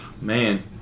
man